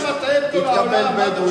התקבל בדואי.